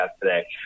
today